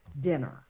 dinner